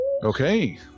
Okay